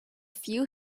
few